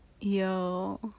Yo